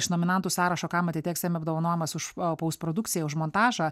iš nominantų sąrašo kam atiteks emy apdovanojimas už poust produkciją už montažą